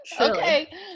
Okay